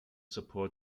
support